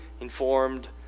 informed